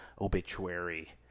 obituary